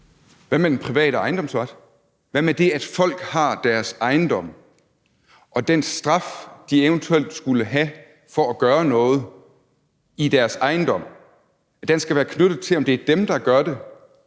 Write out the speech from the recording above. Hvad med den private ejendomsret? Hvad med det, at folk har deres ejendom, og at den straf, de eventuelt skulle have for at gøre noget i deres ejendom, skal være knyttet til, om det er dem, der gør det?